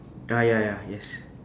ah ya ya yes